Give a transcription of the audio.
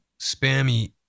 spammy